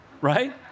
Right